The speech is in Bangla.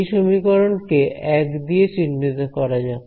এই সমীকরণটি কে 1 দিয়ে চিহ্নিত করা যাক